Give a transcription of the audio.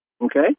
Okay